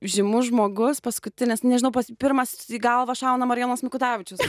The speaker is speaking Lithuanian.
žymus žmogus paskutinis nežinau pats pirmas į galvą šauna marijonas mikutavičius